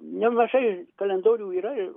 nemažai kalendorių yra ir